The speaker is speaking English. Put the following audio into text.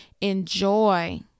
enjoy